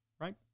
right